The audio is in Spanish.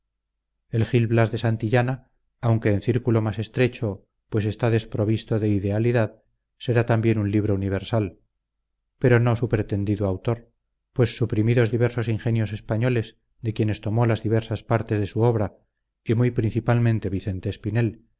el gil blas de santillana aunque en círculo más estrecho pues esta desprovisto de idealidad será también un libro universal pero no su pretendido autor pues suprimidos diversos ingenios españoles de quienes tomó las diversas partes de su obra y muy principalmente vicente espinel